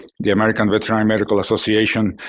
the american veterinary medical association,